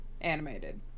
animated